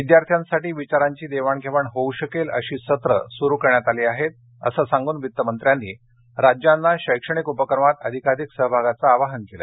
विद्यार्थ्यांसाठी विचारांची देवाणघेवाण होऊ शकेल अशी सत्र सुरू करण्यात आली आहेत असं सांगून वित्त मंत्र्यांनी राज्यांना शैक्षणिक उपक्रमात अधिकाधिक सहभागाचं आवाहन केलं